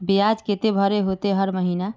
बियाज केते भरे होते हर महीना?